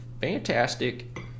fantastic